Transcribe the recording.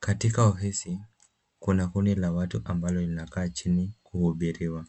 Katika wahisi, kuna kundi la watu ambalo linakaa chini kuhubiriwa.